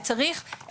וצריך,